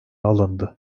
alındı